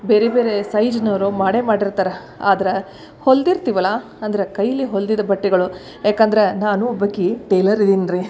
ಬೇರೆ ಬೇರೆ ಸೈಜ್ನವರು ಮಾಡೇ ಮಾಡಿರ್ತಾರೆ ಆದರೆ ಹೊಲ್ದಿರ್ತೀವಲ್ಲ ಅಂದ್ರೆ ಕೈಯಲ್ಲಿ ಹೊಲ್ದಿದ್ದ ಬಟ್ಟೆಗಳು ಯಾಕಂದ್ರೆ ನಾನು ಒಬ್ಬಾಕೆ ಟೇಲರ್ ಇದೀನಿ ರೀ